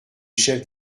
chef